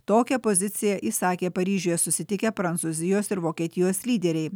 tokią poziciją įsakė paryžiuje susitikę prancūzijos ir vokietijos lyderiai